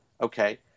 okay